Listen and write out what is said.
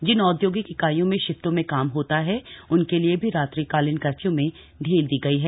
जिन औद्योगिक इकाइयों में शिफ्टों में काम होता है उनके लिए भी रात्रि कालीन कर्फ्यू में ढील दी गई है